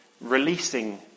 releasing